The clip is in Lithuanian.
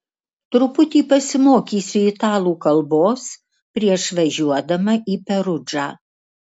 truputį pasimokysiu italų kalbos prieš važiuodama į perudžą